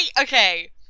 okay